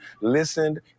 listened